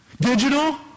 Digital